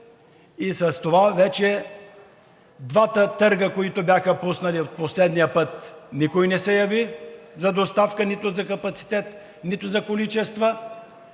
и с това вече двата търга, които бяха пуснали от последния път – за доставка, нито за капацитет, нито за количества,